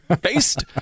Based